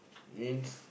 means